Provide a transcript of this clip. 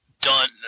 done